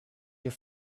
your